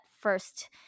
first